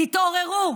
תתעוררו.